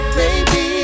baby